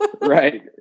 Right